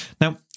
Now